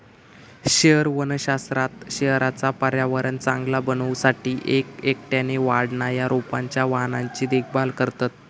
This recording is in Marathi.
शहर वनशास्त्रात शहराचा पर्यावरण चांगला बनवू साठी एक एकट्याने वाढणा या रोपांच्या वाहनांची देखभाल करतत